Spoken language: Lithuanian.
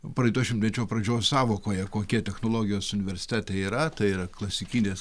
praeito šimtmečio pradžios sąvokoje kokie technologijos universitete yra tai yra klasikinės